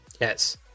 Yes